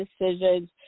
decisions